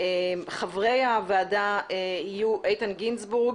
חברי הוועדה יהיו איתן גינזבורג,